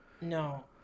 No